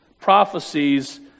prophecies